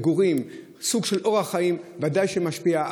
מגורים ואורח החיים ודאי שמשפיעים.